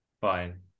Fine